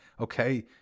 okay